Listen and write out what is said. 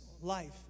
life